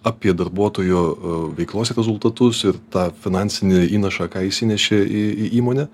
apie darbuotojo veiklos rezultatus ir tą finansinį įnašą ką jis įnešė į įmonę